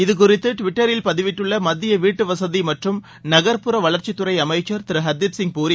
இதுகுறிதது டுவிட்டரில் பதிவிட்டுள்ள மத்திய வீட்டுவசதி மற்றும் நகர்ப்புற வளர்ச்சித்துறை அமைச்சர் திரு ஹர்திப்சிங் பூரி